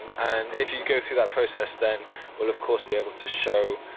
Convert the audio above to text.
um and if you go through that process, then we'll, of course, be able to show